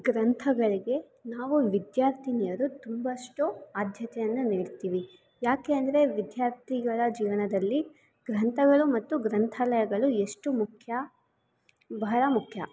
ಗ್ರಂಥಗಳಿಗೆ ನಾವು ವಿದ್ಯಾರ್ಥಿನಿಯರು ತುಂಬಷ್ಟು ಆದ್ಯತೆಯನ್ನು ನೀಡ್ತೀವಿ ಯಾಕೆ ಅಂದರೆ ವಿದ್ಯಾರ್ಥಿಗಳ ಜೀವನದಲ್ಲಿ ಗ್ರಂಥಗಳು ಮತ್ತು ಗ್ರಂಥಾಲಯಗಳು ಎಷ್ಟು ಮುಖ್ಯ ಬಹಳ ಮುಖ್ಯ